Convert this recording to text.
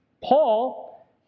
Paul